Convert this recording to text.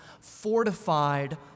fortified